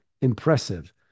impressive